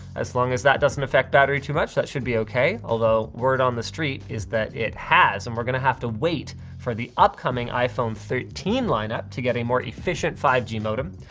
as long as that doesn't affect battery too much, that should be okay. although word on the street is that it has. and we're gonna have to wait for the upcoming iphone thirteen lineup to get a more efficient five g modem.